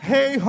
Hey